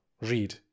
read